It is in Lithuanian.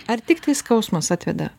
ar tiktai skausmas atveda